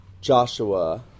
Joshua